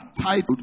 titled